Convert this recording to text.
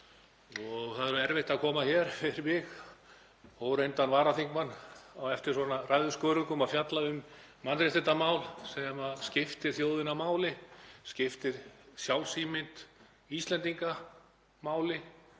og það er erfitt fyrir mig að koma hér, óreyndan varaþingmann, á eftir svona ræðuskörungum og fjalla um mannréttindamál sem skiptir þjóðina máli, skiptir sjálfsímynd Íslendinga máli.